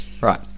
right